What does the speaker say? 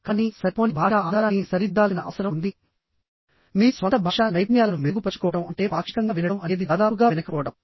కానీ సరిపోని భాషా ఆధారాన్ని సరిదిద్దాల్సిన అవసరం ఉంది మీ స్వంత భాషా నైపుణ్యాలను మెరుగుపరచుకోవడం అంటే పాక్షికంగా వినడం అనేది దాదాపుగా వినకపోవడం